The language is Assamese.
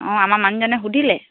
অঁ আমাৰ মানুহজনে সুধিলে